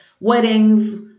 weddings